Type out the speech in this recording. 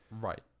Right